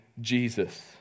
Jesus